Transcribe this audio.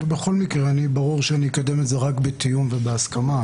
בכל מקרה, אני אקדם את זה רק בתיאום והסכמה.